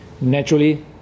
Naturally